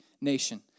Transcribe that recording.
nation